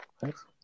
Thanks